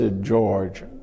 George